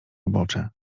ubocze